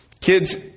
Kids